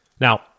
Now